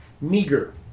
meager